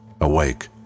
Awake